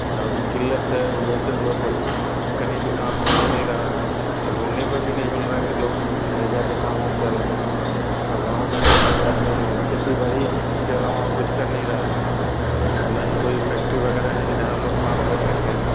किल्लत है जैसे लोग कहीं भी काम मिल नहीं रहा है और ढूढ़ने पर भी नहीं मिल रहा है कि लोग कहीं जा कर काम उम करें और गाँव में है भाई आदमी खेती बाड़ी के अलावा और कुछ कर नहीं रहा है और न ही कोई फैक्ट्री वगैरह है कि जहाँ लोग काम कर सके